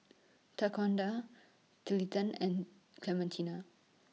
and Clementina